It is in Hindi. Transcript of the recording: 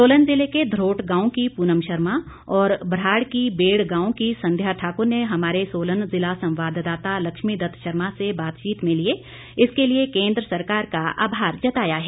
सोलन जिले के धरोट गांव की प्रनम शर्मा और भराड़ की बेड़ गांव की संध्या ठाकर ने हमारे सोलन जिला संवाद्दाता लक्ष्मी दत्त शर्मा से बातचीत में इसके लिए केंद्र सरकार का आभार जताया है